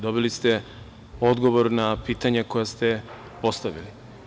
Dobili ste odgovor na pitanja koja ste postavili.